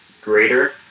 greater